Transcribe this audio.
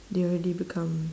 they already become